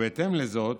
ובהתאם לזאת